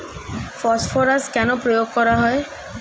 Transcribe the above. Phosphorus কেন প্রয়োগ করা হয়?